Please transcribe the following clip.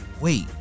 Wait